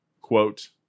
Quote